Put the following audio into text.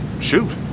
Shoot